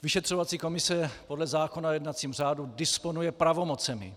Vyšetřovací komise podle zákona o jednacím řádu disponuje pravomocemi.